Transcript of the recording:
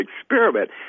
experiment